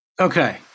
Okay